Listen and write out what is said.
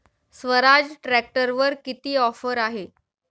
स्वराज ट्रॅक्टरवर किती ऑफर आहे?